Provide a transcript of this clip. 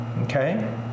okay